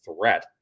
threat